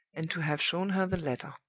and to have shown her the letter.